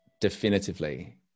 definitively